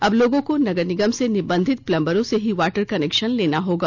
अब लोगों को नगर निगम से निबंधित पलंबरों से ही वाटर कनेक्शन लेना होगा